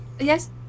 Yes